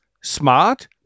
smart